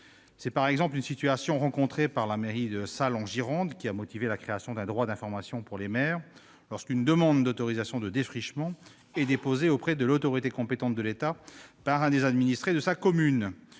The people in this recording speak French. C'est par exemple une situation rencontrée par le maire de Salles, en Gironde, qui a motivé la création d'un droit d'information pour les maires lorsqu'une demande d'autorisation de défrichement est déposée auprès de l'autorité compétente de l'État par un des administrés de sa commune.